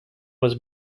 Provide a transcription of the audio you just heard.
was